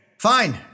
Fine